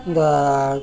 இந்த